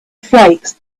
flakes